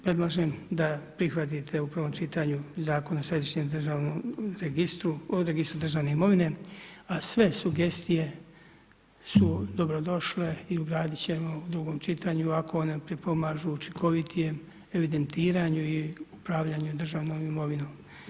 Predlažem da prihvatite u prvom čitanju Zakon o središnjem državnom registru, registru državne imovine, a sve sugestije su dobrodošle i ugradit ćemo u drugom čitanju ako one pripomažu učinkovitijem evidentiranju i upravljanju državnom imovinom.